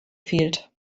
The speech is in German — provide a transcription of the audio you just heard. fehlt